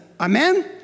Amen